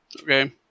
Okay